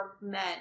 men